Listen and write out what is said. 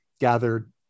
gathered